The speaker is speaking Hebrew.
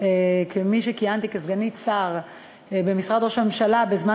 כמי שכיהנה כסגנית שר במשרד ראש הממשלה בזמן